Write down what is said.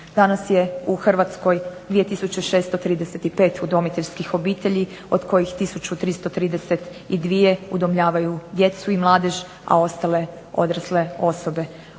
Danas je u Hrvatskoj 2 tisuće 635 udomiteljskih obitelji, od kojih tisuću 332 udomljavaju djecu i mladež, a ostale odrasle osobe.